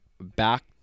back